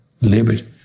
Liberty